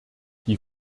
die